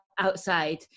outside